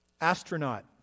astronaut